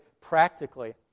practically